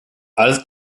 alles